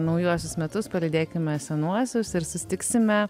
naujuosius metus palydėkime senuosius ir susitiksime